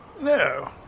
No